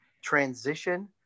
transition